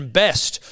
best